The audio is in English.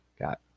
Got